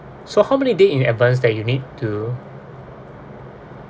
so how many day in advance that you need to